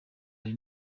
hari